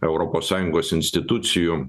europos sąjungos institucijų